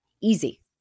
Easy